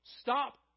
Stop